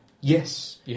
Yes